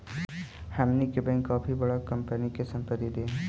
हमनी के बैंक काफी बडा कंपनी के संपत्ति देवऽ हइ